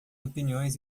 opiniões